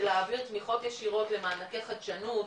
של להעביר תמיכות ישירות למענקי חדשנות,